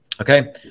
Okay